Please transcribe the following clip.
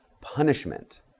punishment